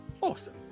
Awesome